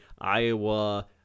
Iowa